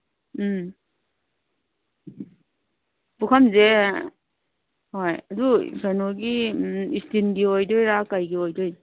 ꯎꯝ ꯄꯨꯈꯝꯁꯦ ꯍꯣꯏ ꯑꯗꯨ ꯀꯩꯅꯣꯒꯤ ꯏꯁꯇꯤꯜꯒꯤ ꯑꯣꯏꯗꯣꯏꯔꯥ ꯀꯩꯒꯤ ꯑꯣꯏꯗꯣꯏꯅꯣ